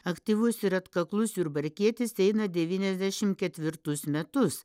aktyvus ir atkaklus jurbarkietis eina devyniasdešim ketvirtus metus